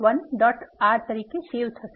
R તરીકે save થશે